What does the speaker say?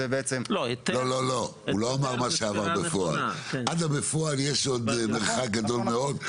לפני ההוצאה לפועל יש עוד מרחק גדול מאוד.